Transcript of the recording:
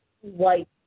white